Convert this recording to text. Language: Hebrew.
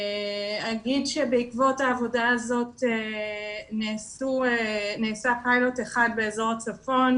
בעקבות העבודה הזאת נעשה פיילוט אחד באזור הצפון,